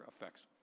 effects